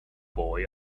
boy